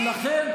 ולכן,